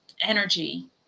energy